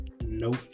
Nope